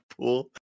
pool